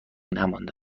نمانده